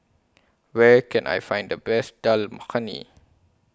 Where Can I Find The Best Dal Makhani